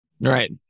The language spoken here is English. Right